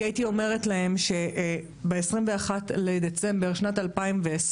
כי הייתי אומרת להן שב- 21 לדצמבר שנת 2020,